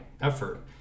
effort